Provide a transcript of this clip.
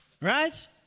Right